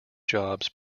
jobs